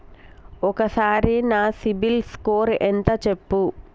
ఒక్కసారి నా CIBIL score ఎంత చెప్పు?